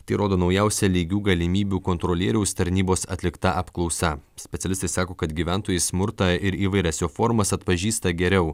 tai rodo naujausia lygių galimybių kontrolieriaus tarnybos atlikta apklausa specialistai sako kad gyventojai smurtą ir įvairias jo formas atpažįsta geriau